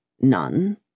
none